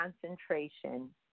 concentration